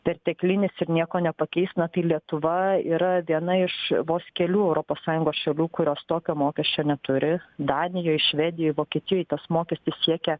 perteklinis ir nieko nepakeis na tai lietuva yra viena iš vos kelių europos sąjungos šalių kurios tokio mokesčio neturi danijoj švedijoj vokietijoj tas mokestis siekia